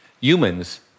humans